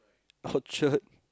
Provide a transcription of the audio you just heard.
Orchard